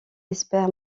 espère